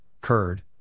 curd